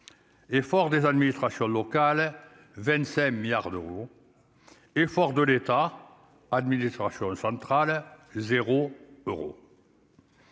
fort des administrations locales 27 milliards d'euros, fort de l'État administration centrale 0 euros.